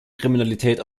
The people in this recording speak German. kriminalität